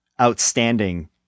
outstanding